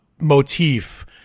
motif